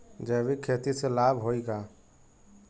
जैविक खेती से लाभ होई का?